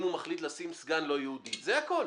אם הוא מחליט למנות סגן לא יהודי, זה הכול.